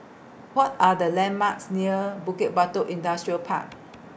What Are The landmarks near Bukit Batok Industrial Park